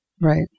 Right